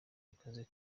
akazi